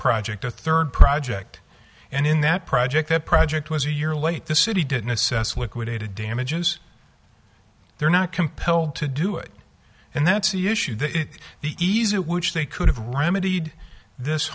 project a third project and in that project that project was a year late the city didn't assess liquidated damages they're not compelled to do it and that's the issue the easy which they could have remedied this